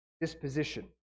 disposition